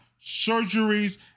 surgeries